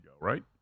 right